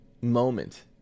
moment